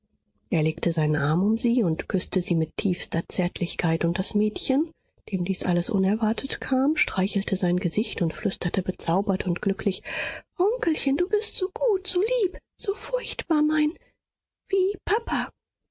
er legte seinen arm um sie und küßte sie mit tiefster zärtlichkeit und das mädchen dem dies alles unerwartet kam streichelte sein gesicht und flüsterte bezaubert und glücklich onkelchen du bist so gut so lieb so furchtbar mein wie papa